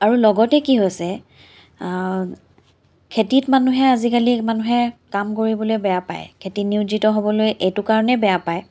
আৰু লগতে কি হৈছে খেতিত মানুহে আজিকালি মানুহে কাম কৰিবলৈ বেয়া পায় খেতিত নিয়োজিত হ'বলৈ এইটো কাৰণেই বেয়া পায়